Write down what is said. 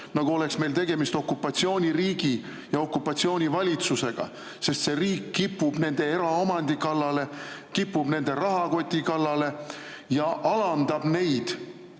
nagu oleks meil tegemist okupatsiooniriigi ja okupatsioonivalitsusega, sest see riik kipub nende eraomandi kallale, kipub nende rahakoti kallale ja alandab neid,